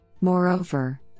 Moreover